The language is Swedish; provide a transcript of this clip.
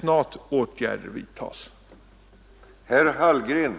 snart måste vidtas på detta område.